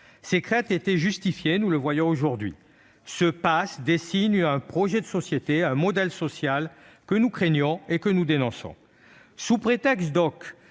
Nos craintes étaient justifiées, nous le voyons bien aujourd'hui. Ce passe dessine un projet de société, un modèle social que nous redoutons et que nous dénonçons. Sous prétexte, donc,